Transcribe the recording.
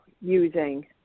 using